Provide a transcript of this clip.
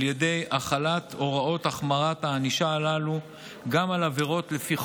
על ידי החלת הוראות החמרת הענישה הללו גם על עבירות לפי